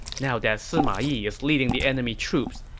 now that sima yi is leading the enemy troops,